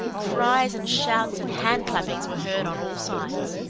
cries and shouts and handclappings were heard on all sides.